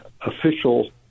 official